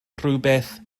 rhywbeth